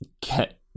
get